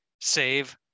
save